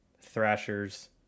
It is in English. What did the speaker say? thrashers